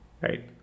right